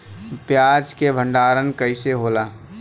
प्याज के भंडारन कइसे होला?